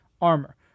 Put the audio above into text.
armor